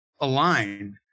align